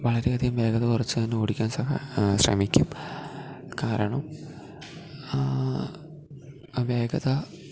വളരെ അധികം വേഗത കുറച്ചു തന്നെ ഓടിക്കാൻ ശ്രമിക്കും കാരണം വേഗത